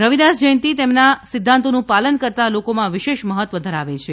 રવિદાસ જયંતી તેમના સિદ્ધાંતોનું પાલન કરતા લોકોમાં વિશેષ મહત્વ ધરાવે છે